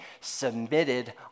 submitted